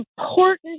important